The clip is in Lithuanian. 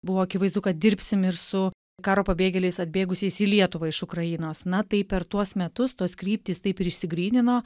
buvo akivaizdu kad dirbsim ir su karo pabėgėliais atbėgusiais į lietuvą iš ukrainos na tai per tuos metus tos kryptys taip ir išsigrynino